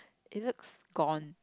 it looks gone